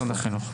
החינוך.